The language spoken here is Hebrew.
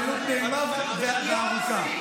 אבל למה לא לחייב גם את חברי הממשלה לעשות את זה?